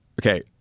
okay